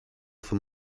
for